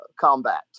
combat